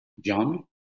john